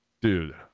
Dude